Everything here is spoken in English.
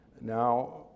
Now